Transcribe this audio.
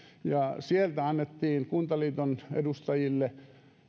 ja sieltä annettiin kuntaliiton edustajille